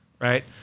right